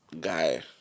guy